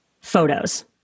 photos